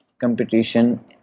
competition